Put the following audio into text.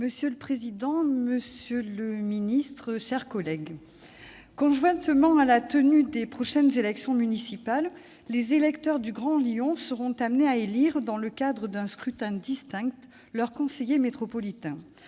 Monsieur le président, monsieur le secrétaire d'État, mes chers collègues, conjointement à la tenue des prochaines élections municipales, les électeurs du Grand Lyon seront amenés à élire, dans le cadre d'un scrutin distinct, leurs conseillers métropolitains.